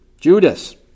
Judas